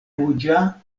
ruĝa